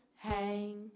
Hang